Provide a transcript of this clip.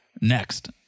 Next